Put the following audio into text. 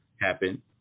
happen